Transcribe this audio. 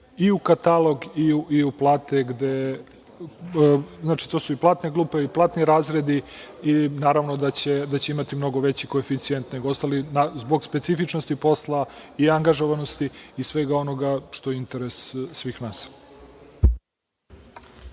i u katalog i u plate. Znači, tu su i platne grupe i platni razredi i naravno da će imati mnogo veću koeficijent nego ostali zbog specifičnosti posla i angažovanosti i svega onoga što je interes svih nas.